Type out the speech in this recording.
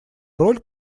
роль